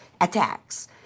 attacks